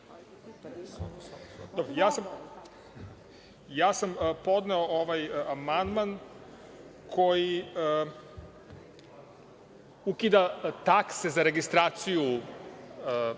Ja sam podneo ovaj amandman koji ukida takse za registraciju